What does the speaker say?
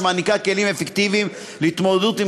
שנותנת כלים אפקטיביים להתמודדות עם